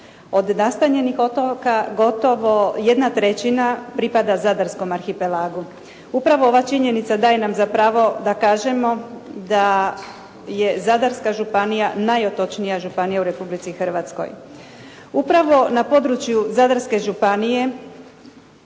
Od nastanjenih otoka gotovo 1/3 pripada zadarskom arhipelagu. Upravo ova činjenica daje nam za pravo da kažemo da je Zadarska županija najotočnija županija u Republici Hrvatskoj. Upravo na području Zadarske županije